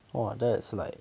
!whoa! that's like